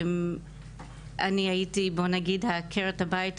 אני הייתי עקרת הבית,